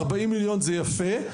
40 מיליון זה יפה,